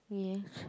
ya